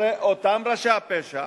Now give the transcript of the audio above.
הרי אותם ראשי הפשע,